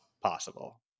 possible